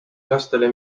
lastele